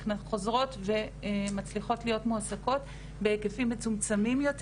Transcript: חוזרות ומצליחות להיות מועסקות בהיקפים מצומצמים יותר